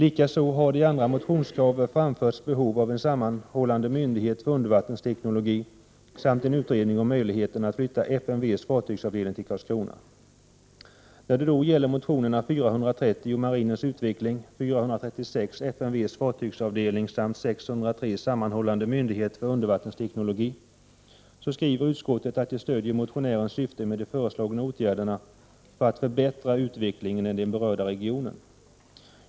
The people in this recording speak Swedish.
I andra motioner har man framhållit behovet av en sammanhållande myndighet för undervattensteknologi samt en utredning om möjligheten att flytta FMV:s fartygsavdelning till Karlskrona. När det gäller motionerna Fö430 om marinens utveckling, Fö436 om FMV:s fartygsavdelning och Fö603 om sammanhållande myndighet för undervattensteknologi skriver utskottet att man stöder motionärernas syfte med de föreslagna åtgärderna, nämligen att förbättra utvecklingen i den berörda regionen.